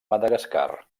madagascar